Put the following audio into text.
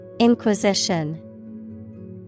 Inquisition